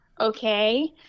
okay